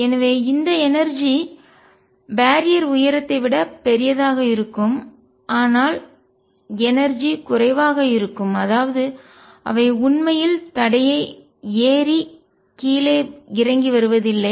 எனவே இந்த எனர்ஜிஆற்றல் பேரியர் தடை உயரத்தை விட பெரியதாக இருக்கும் ஆனால் எனர்ஜிஆற்றல் குறைவாக இருக்கும் அதாவது அவை உண்மையில் தடையை ஏறி கீழே இறங்கி வருவதில்லை